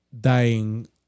dying